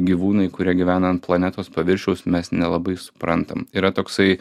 gyvūnai kurie gyvena ant planetos paviršiaus mes nelabai suprantam yra toksai